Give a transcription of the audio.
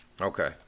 Okay